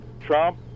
Trump